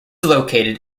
located